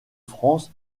france